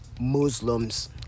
Muslims